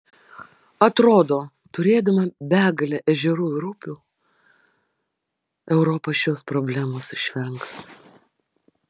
atrodo turėdama begalę ežerų ir upių europa šios problemos išvengs